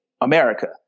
America